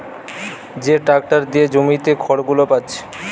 যে ট্যাক্টর দিয়ে জমিতে খড়গুলো পাচ্ছে